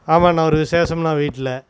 ஆமாண்ணா ஒரு விசேஷம்ண்ணா வீட்டில்